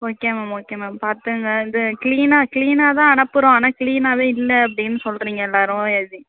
okay ma'am okay ma'am பாத்துக்கங்க இது க்ளீனாக க்ளீனாக தான் அனுப்புகிறோம் ஆனால் க்ளீனாகவே இல்லை அப்படின்னு சொல்கிறிங்க எல்லோரும் எது